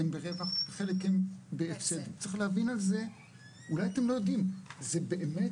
מבחינתי יכול להיות בחישוב תקרת צריכה ברוטו שזה יהיה